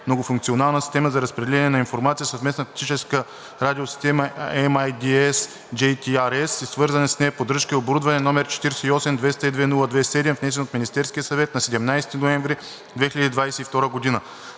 „Многофункционална система за разпределение на информация – Съвместна тактическа радиосистема (MIDS JTRS) и свързана с нея поддръжка и оборудване“, № 48-202-02-7, внесен от Министерския съвет на 17 ноември 2022 г.